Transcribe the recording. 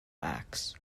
acts